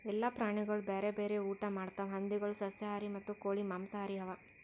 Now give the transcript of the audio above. ಎಲ್ಲ ಪ್ರಾಣಿಗೊಳ್ ಬ್ಯಾರೆ ಬ್ಯಾರೆ ಊಟಾ ಮಾಡ್ತಾವ್ ಹಂದಿಗೊಳ್ ಸಸ್ಯಾಹಾರಿ ಮತ್ತ ಕೋಳಿ ಮಾಂಸಹಾರಿ ಅವಾ